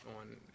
on